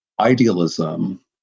idealism